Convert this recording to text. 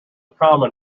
common